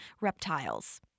reptiles